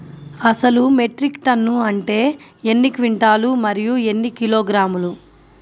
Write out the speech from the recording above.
అసలు metric tonne అంటే ఎన్ని క్వింటాలు మరియు ఎన్ని కిలోగ్రాములు?